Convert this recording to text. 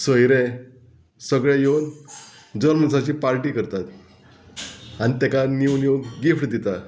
सोयरे सगळे येवन जल्मसाची पार्टी करतात आनी तेका नीव नीव गिफ्ट दिता